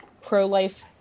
pro-life